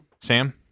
Sam